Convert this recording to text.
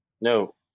no